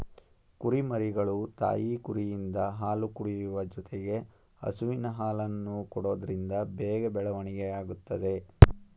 ಕುರಿಮರಿಗಳು ತಾಯಿ ಕುರಿಯಿಂದ ಹಾಲು ಕುಡಿಯುವ ಜೊತೆಗೆ ಹಸುವಿನ ಹಾಲನ್ನು ಕೊಡೋದ್ರಿಂದ ಬೇಗ ಬೆಳವಣಿಗೆ ಆಗುತ್ತದೆ